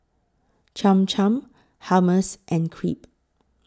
Cham Cham Hummus and Crepe